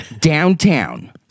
downtown